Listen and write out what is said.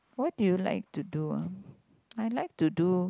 what do you like to do ah I like to do